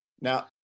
Now